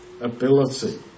ability